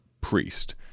priest